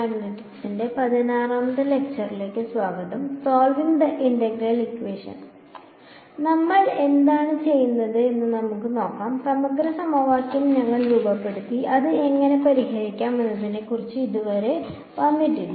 അതിനാൽ നമ്മൾ എന്താണ് ചെയ്തതെന്ന് നമുക്ക് നോക്കാം സമഗ്ര സമവാക്യം ഞങ്ങൾ രൂപപ്പെടുത്തി അത് എങ്ങനെ പരിഹരിക്കാം എന്നതിനെക്കുറിച്ച് ഇതുവരെ വന്നിട്ടില്ല